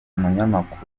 umunyamakuru